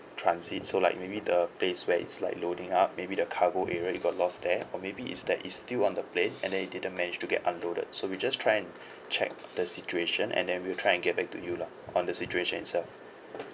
transit so like maybe the place where it's like loading up maybe the cargo area it got lost there or maybe is that it's still on the plane and then it didn't manage to get unloaded so we just try and check the situation and then we'll try and get back to you lah on the situation itself